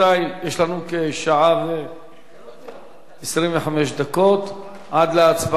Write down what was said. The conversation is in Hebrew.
יש לנו כשעה ו-25 דקות עד להצבעה,